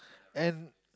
and